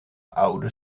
oude